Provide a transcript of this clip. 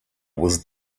was